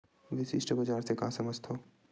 विशिष्ट बजार से का समझथव?